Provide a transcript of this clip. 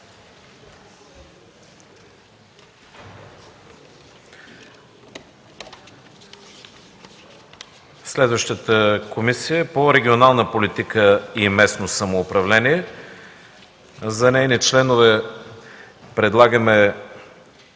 Следващата Комисия е по регионална политика и местно самоуправление. За нейни членове предлагаме: